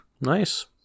nice